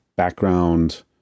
Background